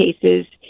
cases